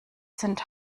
sind